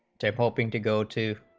two hoping to go too